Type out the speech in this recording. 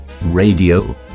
Radio